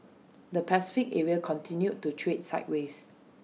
the Pacific area continued to trade sideways